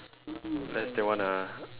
unless they wanna